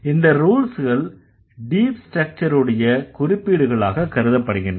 இந்த ரூல்ஸ்கள் டீப் ஸ்ட்ரக்சருடைய குறிப்பீடுகளாகக் கருதப்படுகின்றன